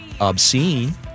obscene